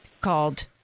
called